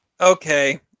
Okay